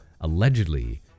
allegedly